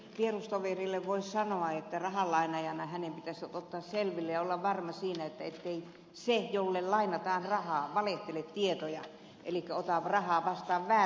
vierustoverille voisi sanoa että rahanlainaajana hänen pitäisi ottaa selville ja olla varma siitä ettei se jolle lainataan rahaa valehtele tietoja elikkä ota rahaa vastaan väärin perustein